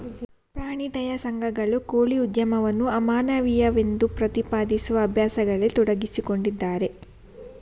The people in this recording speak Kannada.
ಪ್ರಾಣಿ ದಯಾ ಸಂಘಗಳು ಕೋಳಿ ಉದ್ಯಮವನ್ನು ಅಮಾನವೀಯವೆಂದು ಪ್ರತಿಪಾದಿಸುವ ಅಭ್ಯಾಸಗಳಲ್ಲಿ ತೊಡಗಿಸಿಕೊಂಡಿದ್ದಾರೆ